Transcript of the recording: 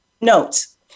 notes